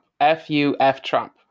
F-U-F-Trump